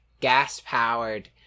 Gas-powered